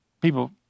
People